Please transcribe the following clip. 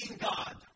God